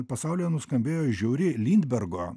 pasaulyje nuskambėjo žiauri lindbergo